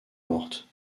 mortes